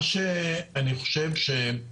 מה שאני חושב הוא,